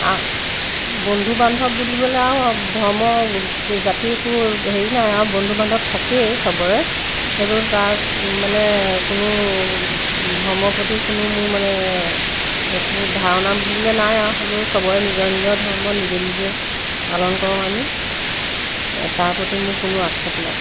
আৰু বন্ধু বান্ধৱ বুলিবলৈ আৰু ধৰ্ম জাতি একো হেৰি নাই আৰু বন্ধু বান্ধৱ থাকেই চবৰে হ'লেও তাৰ মানে কোনো ধৰ্মৰ প্ৰতি কোনো মোৰ মানে একো ধাৰণা বুলিবলৈ নাই আৰু হ'লেও চবৰে নিজৰ নিজৰ ধৰ্ম নিজে নিজে পালন কৰোঁ আমি তাৰ প্ৰতি মোৰ কোনো আক্ষেপ নাই